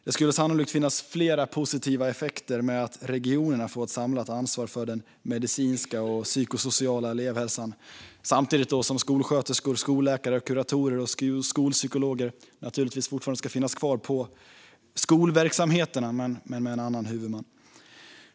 Det skulle sannolikt finnas flera positiva effekter med att regionerna får ett samlat ansvar för den medicinska och psykosociala elevhälsan, samtidigt som skolsköterskor, skolläkare, kuratorer och skolpsykologer fortfarande givetvis ska finnas kvar i skolverksamheterna men med en annan huvudman.